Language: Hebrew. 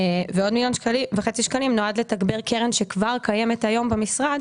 ועוד מיליון וחצי שקלים נועדו לתגבר קרן שכבר קיימת היום במשרד,